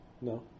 No